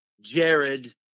Jared